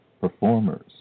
performers